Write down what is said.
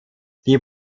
die